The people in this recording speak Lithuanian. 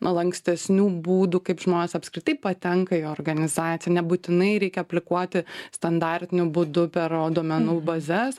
lankstesnių būdų kaip žmonės apskritai patenka į organizaciją nebūtinai reikia aplikuoti standartiniu būdu per o duomenų bazes